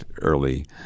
early